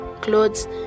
clothes